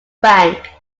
bank